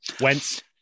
Wentz